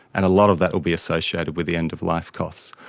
and a lot of that will be associated with the end-of-life costs.